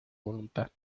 voluntad